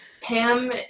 Pam